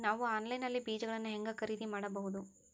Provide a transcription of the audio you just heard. ನಾವು ಆನ್ಲೈನ್ ನಲ್ಲಿ ಬೇಜಗಳನ್ನು ಹೆಂಗ ಖರೇದಿ ಮಾಡಬಹುದು?